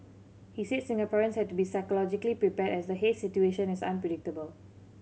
he said Singaporeans had to be psychologically prepared as the haze situation is unpredictable